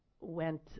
Went